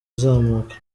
izamuka